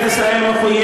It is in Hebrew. אבל למה?